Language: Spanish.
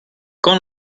con